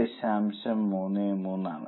33 ആണ്